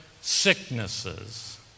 sicknesses